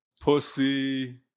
Pussy